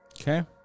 Okay